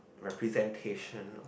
representation of